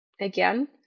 again